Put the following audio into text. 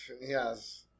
Yes